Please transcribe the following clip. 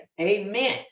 Amen